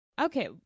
Okay